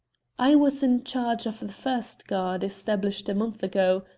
i was in charge of the first guard established a month ago,